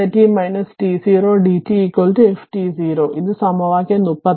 അതിനാൽ ഇത് സമവാക്യം 36 ശരിയാണ് അതിനർത്ഥം എന്നെ അൽപ്പം മുകളിലേക്ക് നീക്കാൻ അനുവദിക്കുക